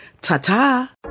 Ta-ta